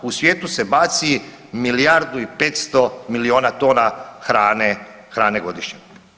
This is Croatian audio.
U svijetu se baci milijardu i 500 milijuna tona hrane godišnje.